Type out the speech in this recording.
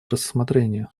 рассмотрения